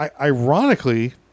Ironically